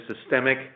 systemic